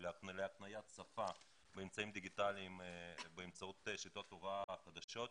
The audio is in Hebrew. להקניית שפה באמצעים דיגיטליים באמצעות שיטות הוראה חדשות,